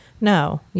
no